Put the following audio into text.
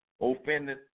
offended